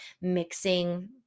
mixing